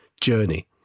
journey